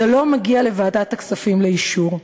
זה לא מגיע לוועדת הכספים לאישור?